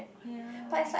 oh ya